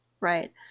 Right